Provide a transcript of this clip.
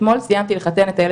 אתמול סיימתי לחתן את הבן